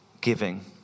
giving